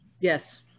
Yes